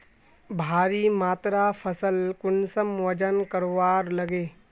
भारी मात्रा फसल कुंसम वजन करवार लगे?